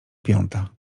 piąta